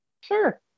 Sure